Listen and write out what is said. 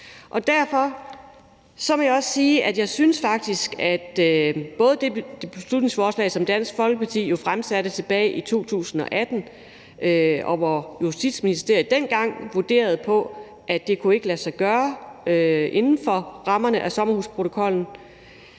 Derfor må jeg også i forhold til det beslutningsforslag, som Dansk Folkeparti fremsatte tilbage i 2018, hvor Justitsministeriet dengang vurderede, at det ikke kunne lade sig gøre inden for rammerne af sommerhusprotokollen,